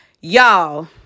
Y'all